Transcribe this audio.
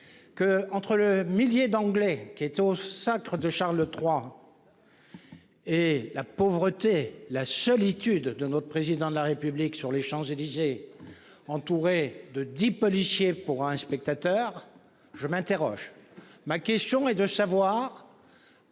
Que entre le millier d'anglais qui est au sacre de Charles III. Et la pauvreté. La solitude de notre président de la République sur les Champs Élysées entouré de 10 policiers pour un spectateur, je m'interroge. Ma question est de savoir.